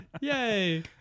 Yay